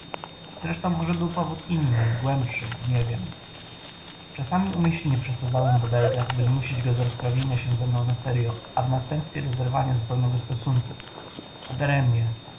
zresztą może był powód inny głębszy nie wiem czasami umyślnie przesadzałem w obelgach by zmusić go do rozprawienia się ze mną na seryo a w następstwie do zerwania zupełnego stosunków